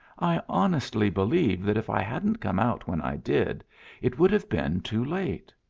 i honestly believe that if i hadn't come out when i did it would have been too late.